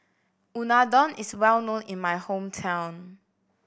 unadon is well known in my hometown